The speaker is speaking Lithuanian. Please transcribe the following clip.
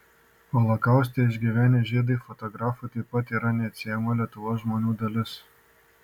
holokaustą išgyvenę žydai fotografui taip pat yra neatsiejama lietuvos žmonių dalis